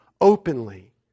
openly